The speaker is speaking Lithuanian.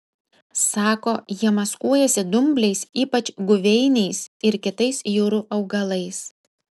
sako jie maskuojasi dumbliais ypač guveiniais ir kitais jūrų augalais